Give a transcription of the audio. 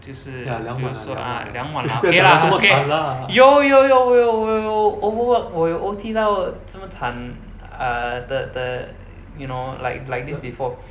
就是比如说 ah 两碗 lah okay lah okay 有有有我有我有 overwork 我有 O_T 到这么惨 err 的的 you know like like this before